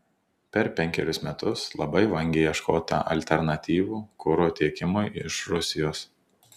per penkerius metus labai vangiai ieškota alternatyvų kuro tiekimui iš rusijos